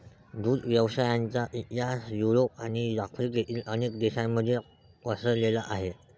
दुग्ध व्यवसायाचा इतिहास युरोप आणि आफ्रिकेतील अनेक प्रदेशांमध्ये पसरलेला आहे